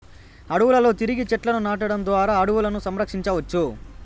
అడవులలో తిరిగి చెట్లను నాటడం ద్వారా అడవులను సంరక్షించవచ్చు